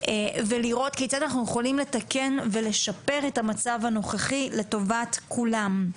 ולראות כיצד אנחנו יכולים לתקן ולשפר את המצב הנוכחי לטובת כולם.